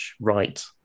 right